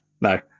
no